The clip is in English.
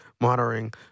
monitoring